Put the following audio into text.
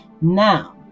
Now